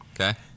Okay